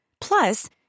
Plus